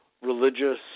religious